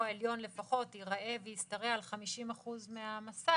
העליון לפחות יראה וישתרע על 50% מהמסך,